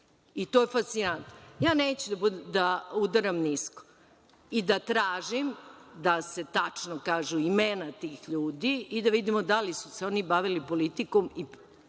To je fascinantno. Neću da udaram nisko i da tražim da se tačno kažu imena tih ljudi i da vidimo da li su se oni bavili politikom, dakle,